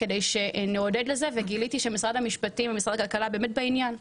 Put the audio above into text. שנעודד לזה וגיליתי שמשרד המשפטים ומשרד הכלכלה באמת בעניין.